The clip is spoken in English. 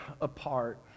apart